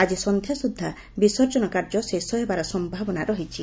ଆକି ସନ୍ଧ୍ୟାସୁଦ୍ଧା ବିସର୍ଜନ କାର୍ଯ୍ୟ ଶେଷ ହେବାର ସନ୍ଧାବନା ରହିଛି